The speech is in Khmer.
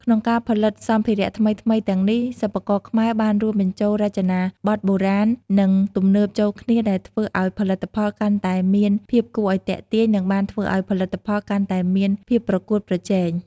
ក្នុងការផលិតសម្ភារៈថ្មីៗទាំងនេះ សិប្បករខ្មែរបានរួមបញ្ចូលរចនាបថបុរាណ និងទំនើបចូលគ្នាដែលធ្វើឲ្យផលិតផលកាន់តែមានភាពគួរឲ្យទាក់ទាញ និងបានធ្វើឱ្យផលិតផលកាន់តែមានភាពប្រកួតប្រជែង។។